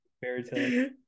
fairytale